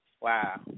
Wow